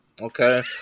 okay